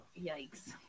Yikes